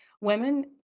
women